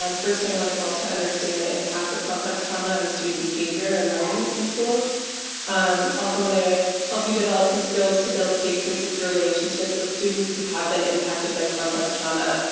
um first, i want us all to understand the impact of complex trauma and student behavior and learning in schools. i um also want to help you develop some skills to build safe and secure relationships with students who have been impacted by complex trauma.